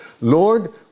Lord